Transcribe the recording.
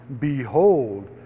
behold